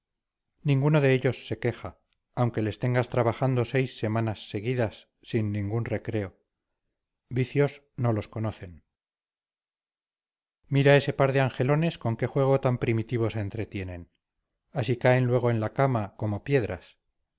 ninguno de ellos se queja aunque les tengas trabajando seis semanas seguidas sin ningún recreo vicios no los conocen mira ese par de angelones con qué juego tan primitivo se entretienen así caen luego en la cama como piedras